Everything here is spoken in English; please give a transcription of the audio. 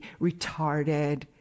retarded